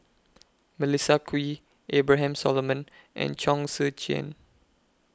Melissa Kwee Abraham Solomon and Chong Tze Chien